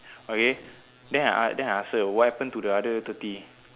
okay then then I ask I ask her what happen to the other thirty